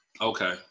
Okay